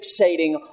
fixating